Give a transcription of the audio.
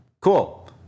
Cool